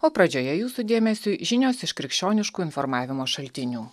o pradžioje jūsų dėmesiui žinios iš krikščioniškų informavimo šaltinių